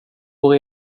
vår